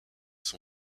son